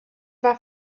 war